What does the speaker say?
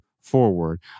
Forward